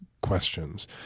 questions